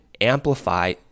amplify